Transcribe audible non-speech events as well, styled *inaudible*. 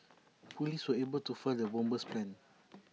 *noise* Police were able to foil the bomber's plans